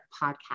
podcast